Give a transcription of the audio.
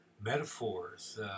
metaphors